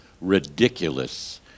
ridiculous